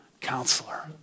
counselor